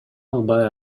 албай